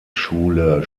schule